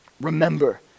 remember